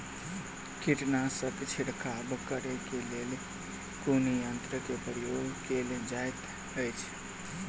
कीटनासक छिड़काव करे केँ लेल कुन यंत्र केँ प्रयोग कैल जाइत अछि?